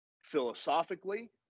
philosophically